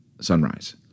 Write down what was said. sunrise